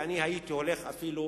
ואני הייתי הולך אפילו